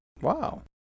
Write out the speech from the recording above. Wow